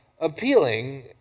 appealing